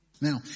Now